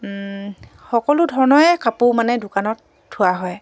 সকলো ধৰণৰে কাপোৰ মানে দোকানত থোৱা হয়